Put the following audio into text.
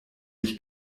ich